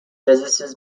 businesses